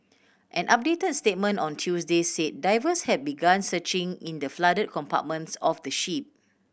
an updated statement on Tuesday said divers have begun searching in the flooded compartments of the ship